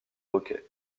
hockey